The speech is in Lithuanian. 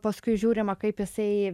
paskui žiūrima kaip jisai